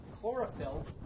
chlorophyll